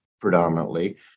predominantly